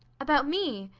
about me?